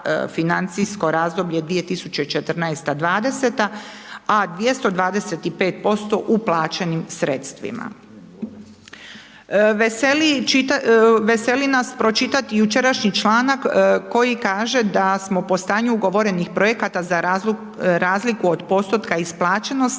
financijsko razdoblje 2014-2020. a 225% uplaćenim sredstvima. Veseli nas pročitati jučerašnji članak koji kaže da smo po stanju ugovorenih projekata za razliku od postotka isplaćenosti,